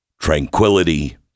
tranquility